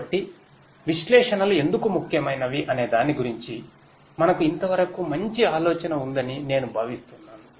కాబట్టి విశ్లేషణలు ఎందుకు ముఖ్యమైనవి అనే దాని గురించి మనకు ఇంతవరకు మంచి ఆలోచన ఉందని నేను భావిస్తున్నాను